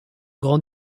grand